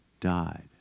died